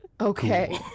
Okay